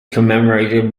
commemorated